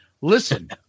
listen